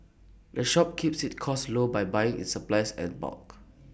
the shop keeps its costs low by buying its supplies as bulk